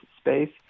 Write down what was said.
space